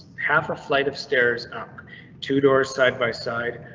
half a flight of stairs up two doors side by side.